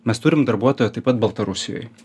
mes turim darbuotoją taip pat baltarusijoj